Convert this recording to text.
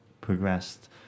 progressed